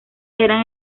eran